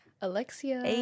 Alexia. (